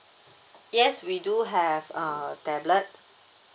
yes we do have uh tablet